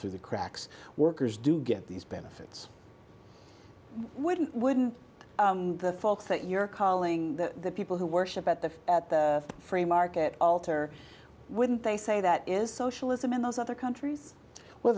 through the cracks workers do get these benefits wouldn't wouldn't the folks that you're calling the people who worship at the at the free market alter wouldn't they say that is socialism in those other countries where